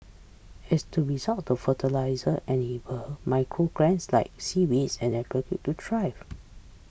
as the result of the fertiliser enable macro algae like seaweed and grape to thrive